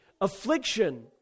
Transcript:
Affliction